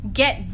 get